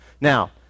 Now